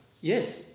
Yes